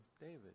David